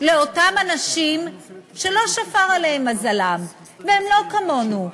לאותם אנשים שלא שפר עליהם מזלם, והם לא כמונו,